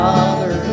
Father